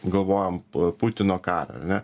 galvojam putino karą ar ne